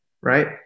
right